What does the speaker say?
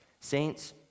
Saints